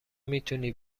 میتونی